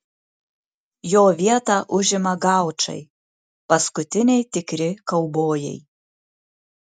jo vietą užima gaučai paskutiniai tikri kaubojai